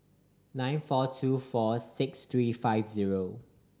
nine four two four six three five zero